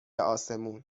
آسمون